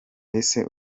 ese